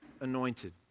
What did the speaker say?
anointed